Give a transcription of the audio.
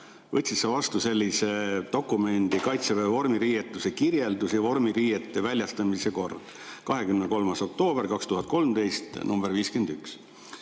võtsid sa vastu sellise dokumendi "Kaitseväelase vormiriietuse kirjeldus ja vormiriietuse väljastamise kord", 23. oktoober 2013, nr 51.